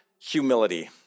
humility